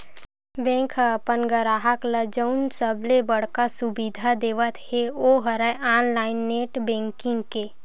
bank ह अपन गराहक ल जउन सबले बड़का सुबिधा देवत हे ओ हरय ऑनलाईन नेट बेंकिंग के